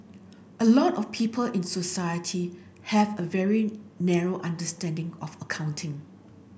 a lot of people in society have a very narrow understanding of accounting